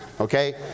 okay